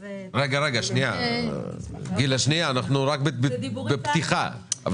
גילה, רגע, אנחנו רק בפתיחה.